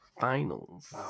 finals